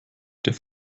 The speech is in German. der